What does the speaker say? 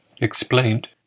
explained